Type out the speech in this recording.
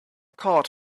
card